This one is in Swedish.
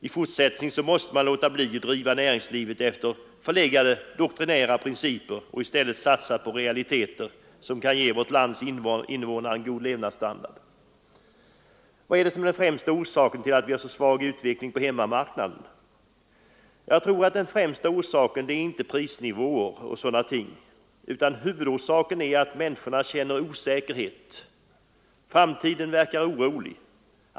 I fortsättningen måste man låta bli att driva näringslivet efter förlegade doktrinära principer och i stället satsa på realiteter som kan ge vårt lands invånare en god levnadsstandard. Vad är den främsta orsaken till den svaga utvecklingen på hemmamarknaden? Jag tror att den främsta orsaken inte är prisnivåer och sådana ting, utan huvudorsaken är att människorna känner osäkerhet. Framtiden verkar orolig.